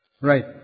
Right